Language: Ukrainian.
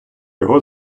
його